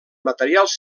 materials